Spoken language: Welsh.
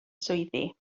swyddi